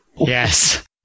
yes